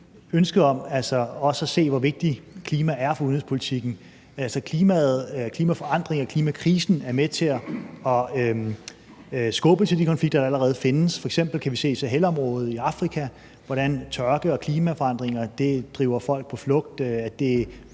ønsket om også at se på, hvor vigtigt klimaet er for udviklingspolitikken. Klimaforandringerne og klimakrisen er med til at skubbe til de konflikter, der allerede findes. F.eks. kan vi se i Sahelområdet i Afrika, hvordan tørke og klimaforandringer driver folk på flugt